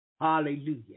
Hallelujah